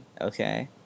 okay